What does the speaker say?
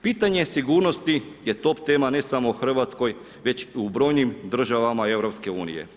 Pitanje sigurnosti je top tema ne samo u Hrvatskoj, već u brojnim državama EU.